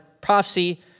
prophecy